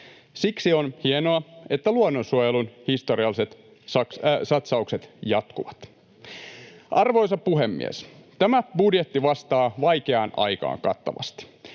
Siksi on hienoa, että luonnonsuojelun historialliset satsaukset jatkuvat. Arvoisa puhemies! Tämä budjetti vastaa vaikeaan aikaan kattavasti.